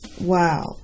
Wow